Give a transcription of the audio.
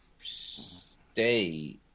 stay